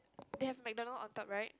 they have MacDonald on top right